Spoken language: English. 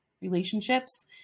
relationships